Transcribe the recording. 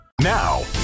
Now